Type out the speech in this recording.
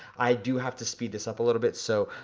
i do have to speed this up a little bit so,